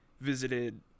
visited